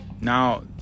Now